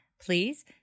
Please